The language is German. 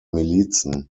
milizen